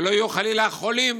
שלא יהיו חלילה חולים,